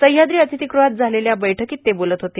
सह्याद्री अतिथीगृहात झालेल्या बैठकीत ते बोलत होते